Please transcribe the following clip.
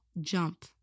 jump